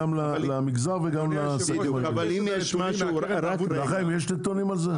גם למגזר וגם לעסקים --- לכם יש נתונים על זה?